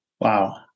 Wow